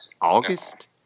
August